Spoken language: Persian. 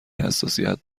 حساسیت